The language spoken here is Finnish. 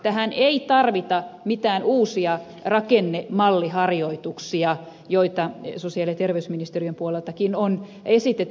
tähän ei tarvita mitään uusia rakennemalliharjoituksia joita sosiaali ja terveysministeriön puoleltakin on esitetty